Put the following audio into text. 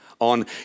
on